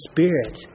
Spirit